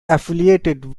affiliated